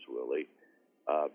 Willie